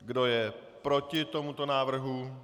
Kdo je proti tomuto návrhu?